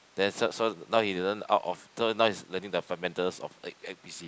then so so now he doesn't out of so he's learning the fundamentals of act busy